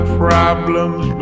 problems